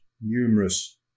Numerous